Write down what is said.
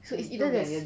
so it's either there's